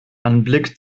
anblick